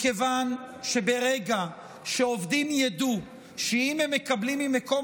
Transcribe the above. מכיוון שברגע שעובדים ידעו שאם הם מקבלים ממקום